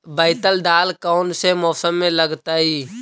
बैतल दाल कौन से मौसम में लगतैई?